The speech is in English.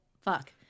Fuck